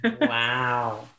Wow